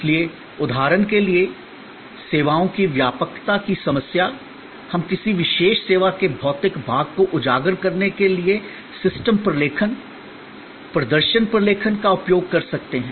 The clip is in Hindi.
इसलिए उदाहरण के लिए सेवाओं की व्यापकता की समस्या हम किसी विशेष सेवा के भौतिक भाग को उजागर करने के लिए सिस्टम प्रलेखन प्रदर्शन प्रलेखन का उपयोग कर सकते हैं